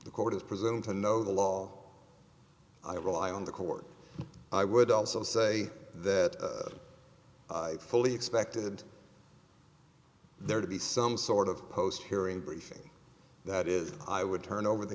the court has presume to know the law i rely on the court i would also say that i fully expected there to be some sort of post hearing briefing that is i would turn over the